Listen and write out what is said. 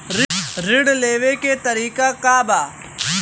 ऋण लेवे के तरीका का बा?